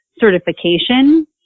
certification